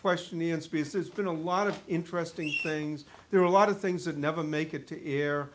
question in space there's been a lot of interesting things there are a lot of things that never make it to air